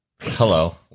Hello